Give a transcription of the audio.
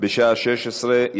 בשעה 16:00.